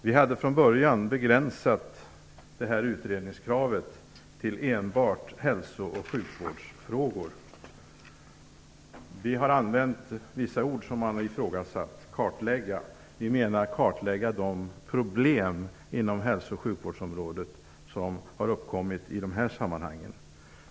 Vi hade från början begränsat utredningskravet till enbart hälso och sjukvårdsfrågor. Vi har använt vissa ord som man har ifrågasatt, t.ex. "kartlägga". Vi menar då att man skall kartlägga de problem inom hälso och sjukvårdsområdet som uppkommit i dessa sammanhang.